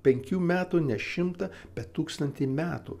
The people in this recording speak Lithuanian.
penkių metų ne šimtą bet tūkstantį metų